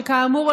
שכאמור,